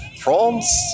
France